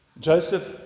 Joseph